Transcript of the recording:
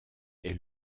est